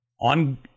on